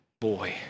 boy